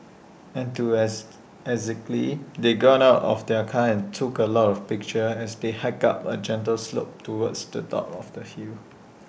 they got out of the car and took A lot of pictures as they hiked up A gentle slope towards the top of the hill